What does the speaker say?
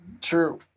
True